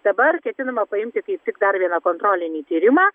dabar ketinama paimti kaip tik dar vieną kontrolinį tyrimą